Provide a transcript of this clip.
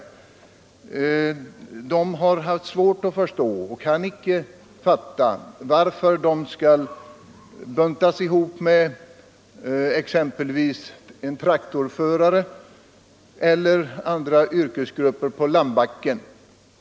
Fiskarna har haft svårt att förstå och kan icke fatta varför de skall buntas ihop med exempelvis traktorförare på landbacken.